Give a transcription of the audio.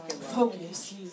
Focus